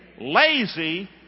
lazy